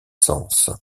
sens